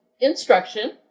instruction